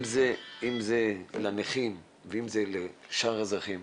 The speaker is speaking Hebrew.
אם זה לנכים ואם זה לשאר האזרחים.